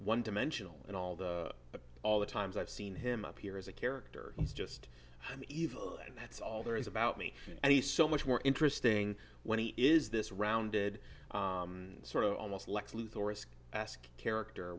one dimensional and all that but all the times i've seen him up here as a character he's just evil and that's all there is about me and he's so much more interesting when he is this rounded sort of almost lex luthor ask character